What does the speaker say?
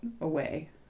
away